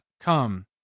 come